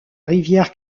rivière